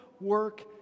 work